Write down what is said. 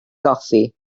goffi